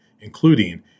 including